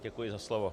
Děkuji za slovo.